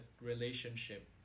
relationship